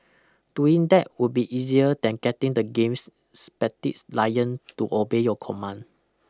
doing that would be easier than getting the game's lion to obey your commands